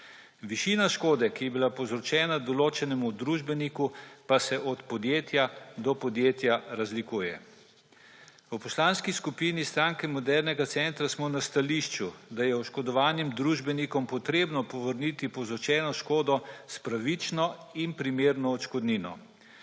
Višina škode, ki je bila povzročena določenemu družbeniku, pa se od podjetja do podjetja razlikuje. V Poslanski skupini Stranke modernega centra smo na stališču, da je odškodovanim družbenikom potrebno povrniti povzročeno škodo s pravično in primerno odškodnino.